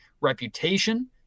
reputation